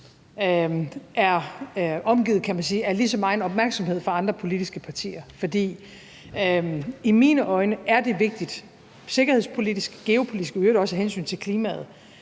er omgivet af lige så meget opmærksomhed fra andre politiske partier. I mine øjne er det vigtigt – sikkerhedspolitisk, geopolitisk og i øvrigt også af hensyn til klimaet